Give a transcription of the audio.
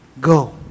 go